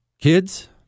Kids